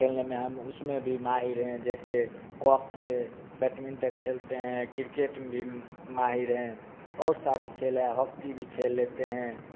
खेलने में हम उसमें भी माहिर हैं जैसे कॉक से बैटमिंटर खेलते हैं किरकेट भी माहिर हैं और सारी खेल है हॉकी भी खेल लेते हैं